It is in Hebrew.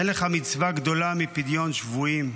אין לך מצווה גדולה מפדיון שבויים.